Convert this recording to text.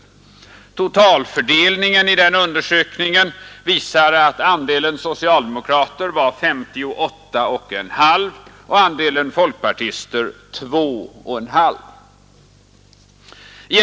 Beträffande den totala fördelningen visar den undersökningen att andelen socialdemokrater var 58,5 procent och andelen folkpartister 2,5 procent.